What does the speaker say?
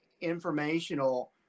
informational